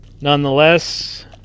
nonetheless